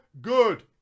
Good